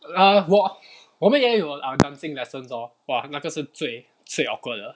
err 我我们也有 err dancing lessons lor 哇那个是最最 awkward 的